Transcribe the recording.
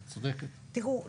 תראו,